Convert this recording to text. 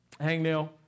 hangnail